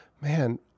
man